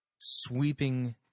sweeping